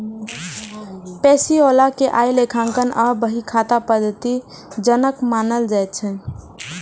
Pacioli कें आइ लेखांकन आ बही खाता पद्धतिक जनक मानल जाइ छै